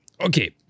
Okay